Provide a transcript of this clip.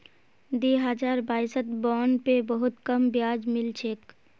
दी हजार बाईसत बॉन्ड पे बहुत कम ब्याज मिल छेक